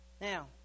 now